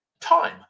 time